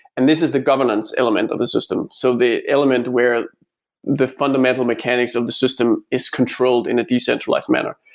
and this is the governance element of the system so the element where the fundamental mechanics of the system is controlled in a decentralized manner.